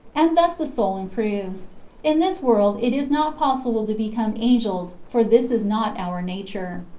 and thus the soul improves in this world it is not possible to become angels for this is not our nature.